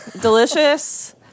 Delicious